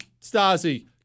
Stasi